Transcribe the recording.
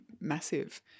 massive